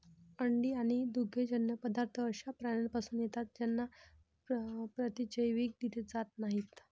अंडी आणि दुग्धजन्य पदार्थ अशा प्राण्यांपासून येतात ज्यांना प्रतिजैविक दिले जात नाहीत